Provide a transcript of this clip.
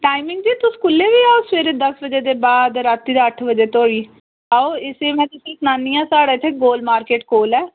timing जी तुस कोह्लै बी आओ सबरै दस्स बजे दे बाद रातीं दे अट्ठ बज्जे धोड़ी आओ इसी में तुसें ई सनान्नी आं साढ़ा इत्थै गोल मार्किट कोल ऐ